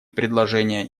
предложения